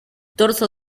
torso